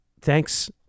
thanks